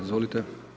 Izvolite.